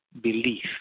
belief